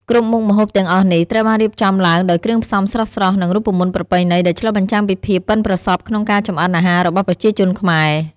គ្រប់មុខម្ហូបទាំងអស់នេះ ត្រូវបានរៀបចំឡើងដោយគ្រឿងផ្សំស្រស់ៗ និងរូបមន្តប្រពៃណី ដែលឆ្លុះបញ្ចាំងពីភាពប៉ិនប្រសប់ក្នុងការចម្អិនអាហាររបស់ប្រជាជនខ្មែរ។